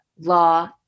law